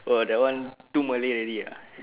oh that one too malay already ah